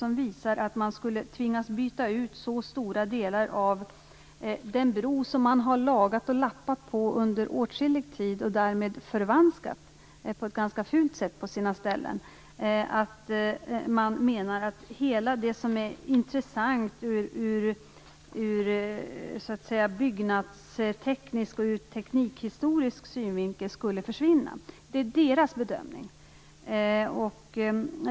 Det visar sig att man skulle tvingas byta ut så stora delar av den här bron, som man har lagat och lappat på i åtskilliga år, och därmed förvanskat på ett ganska fult sätt på sina ställen, att det som är intressant ur byggnadsteknisk och teknikhistorisk synvinkel skulle försvinna. Det är deras bedömning.